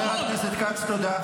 חבר הכנסת כץ, תודה.